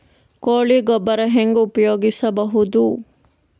ಕೊಳಿ ಗೊಬ್ಬರ ಹೆಂಗ್ ಉಪಯೋಗಸಬಹುದು?